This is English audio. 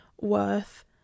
worth